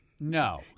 No